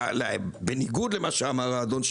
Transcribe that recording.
בניגוד למה שאמר האדון,